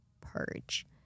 purge